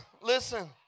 listen